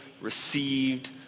received